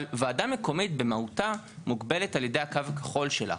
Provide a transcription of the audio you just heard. ועדה מקומית במהותה מוגבלת על ידי הקו הכחול שלה,